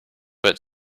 but